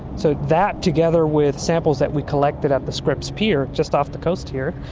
so that, together with samples that we collected at the scripps pier just off the coast here,